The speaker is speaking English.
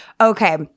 okay